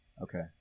Okay